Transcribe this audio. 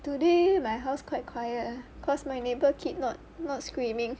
today my house quite quiet ah cause my neighbor kid not not screaming